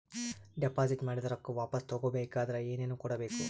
Deposit ಮಾಡಿದ ರೊಕ್ಕ ವಾಪಸ್ ತಗೊಬೇಕಾದ್ರ ಏನೇನು ಕೊಡಬೇಕು?